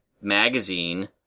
magazine